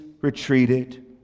retreated